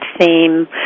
theme